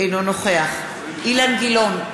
אינו נוכח אילן גילאון,